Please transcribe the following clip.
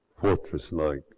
fortress-like